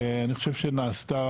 אני חושב שנעשתה,